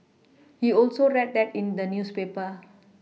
he also read that in the newspaper